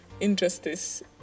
injustice